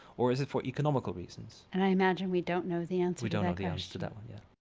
or is it for economical reasons? and i imagine we don't know the answer we don't know the answer to that one. yeah